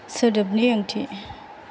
सोदोबनि ओंथि